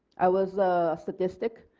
i was a statistic.